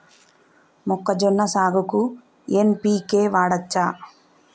మొక్కజొన్న సాగుకు ఎన్.పి.కే వాడచ్చా?